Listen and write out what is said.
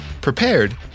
prepared